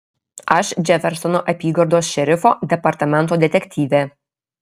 aš džefersono apygardos šerifo departamento detektyvė